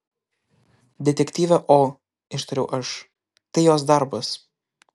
detektyvė o ištariau aš tai jos darbas